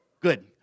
Good